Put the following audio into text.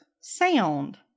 sound